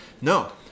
No